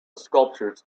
sculptures